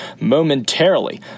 momentarily